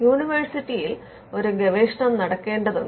യൂണിവേഴ്സിറ്റിയിൽ ഒരു ഗവേഷണം നടക്കേണ്ടതുണ്ട്